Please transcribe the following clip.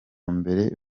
mbere